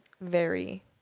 very-